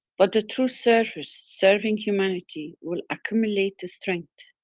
but the true servers, serving humanity will accumulate the strength.